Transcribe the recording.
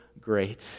great